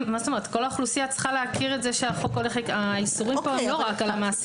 כל האוכלוסייה צריכה להכיר את זה שהאיסורים כאן הם לא רק על המעסיק.